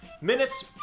minutes